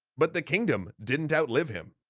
but the kingdom didn't outlive him.